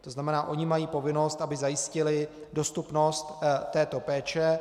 To znamená, ony mají povinnost, aby zajistily dostupnost této péče.